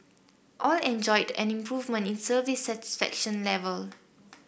all enjoyed an improvement in service satisfaction level